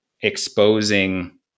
exposing